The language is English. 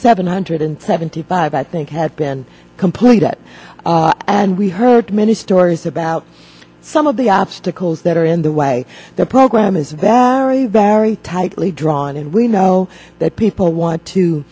seven hundred seventy five i think had been completed and we heard many stories about some of the obstacles that are in the way the program is very very tightly drawn and we know that people want to